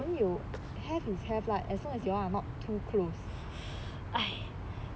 纯友 have it's have lah as long as you are not too close